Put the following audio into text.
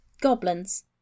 goblins